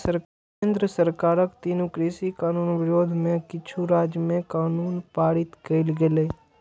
केंद्र सरकारक तीनू कृषि कानून विरोध मे किछु राज्य मे कानून पारित कैल गेलै